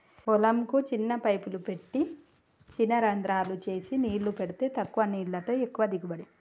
పొలం కు చిన్న పైపులు పెట్టి చిన రంద్రాలు చేసి నీళ్లు పెడితే తక్కువ నీళ్లతో ఎక్కువ దిగుబడి